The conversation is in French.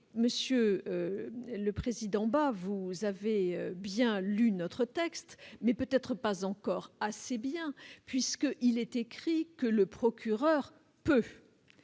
Monsieur le président Bas, vous avez bien lu notre texte, mais peut-être pas encore assez bien, puisqu'il est écrit que le procureur de